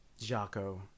Jaco